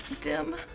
dim